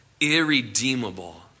irredeemable